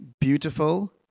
beautiful